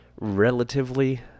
relatively